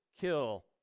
kill